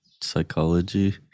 psychology